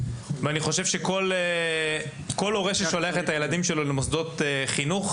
ואני חושב שכל הורה ששולח את הילדים שלו למוסדות החינוך,